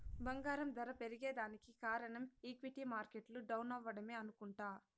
బంగారం దర పెరగేదానికి కారనం ఈక్విటీ మార్కెట్లు డౌనవ్వడమే అనుకుంట